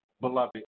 beloved